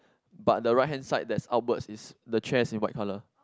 but the right hand side that's upwards is the chair is in white colour